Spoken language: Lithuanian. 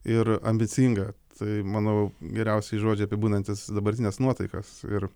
ir ambicinga tai manau geriausi žodžiai apibūdinantys dabartines nuotaikas ir